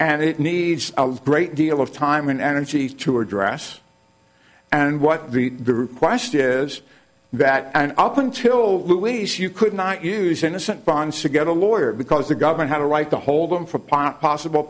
and it needs a great deal of time and energy to address and what the request is that and up until luis you could not use innocent bonds to get a lawyer because the government had a right to hold him for pot possible